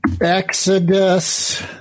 Exodus